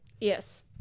Yes